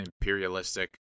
imperialistic